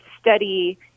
study